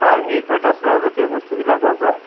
তাৰ সেই পঁইতাচোৰা জাতীয় বস্তু বিলাকৰ পৰা